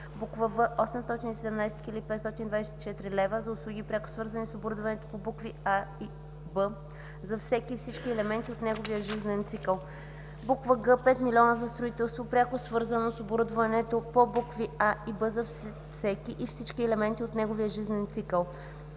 него; в) 817 524 лв. – за услуги, пряко свързани с оборудването по букви „а” и „б” за всеки и всички елементи от неговия жизнен цикъл; г) 5 000 000 лв. – за строителство, пряко свързано с оборудването по букви „а” и „б” за всеки и всички елементи от неговия жизнен цикъл;